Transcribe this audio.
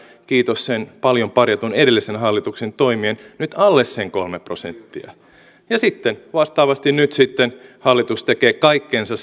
kiitos sen paljon parjatun edellisen hallituksen toimien nyt alle sen kolme prosenttia ja sitten vastaavasti nyt hallitus tekee kaikkensa